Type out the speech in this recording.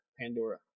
Pandora